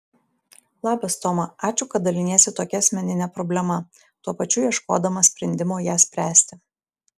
labas toma ačiū kad daliniesi tokia asmenine problema tuo pačiu ieškodama sprendimo ją spręsti